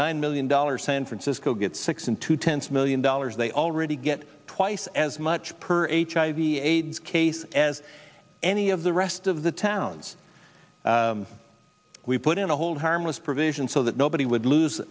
nine million dollars san francisco gets six in two tenths million dollars they already get twice as much per a hiv aids case as any of the rest of the towns we put in a hold harmless provision so that nobody would lose